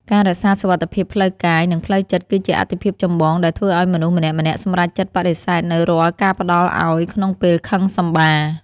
ការរក្សាសុវត្ថិភាពផ្លូវកាយ និងផ្លូវចិត្តគឺជាអាទិភាពចម្បងដែលធ្វើឱ្យមនុស្សម្នាក់ៗសម្រេចចិត្តបដិសេធនូវរាល់ការផ្តល់ឱ្យក្នុងពេលខឹងសម្បារ។